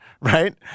right